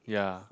ya